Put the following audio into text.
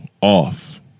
Off